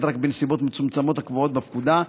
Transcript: רק בנסיבות מצומצמות הקבועות בפקודה,